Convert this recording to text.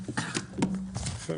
תודה רבה.